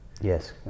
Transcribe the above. Yes